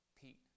Pete